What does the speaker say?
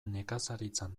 nekazaritzan